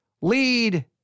lead